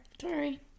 sorry